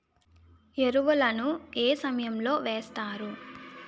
ఎరువుల ను ఏ సమయం లో వేస్తారు?